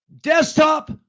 Desktop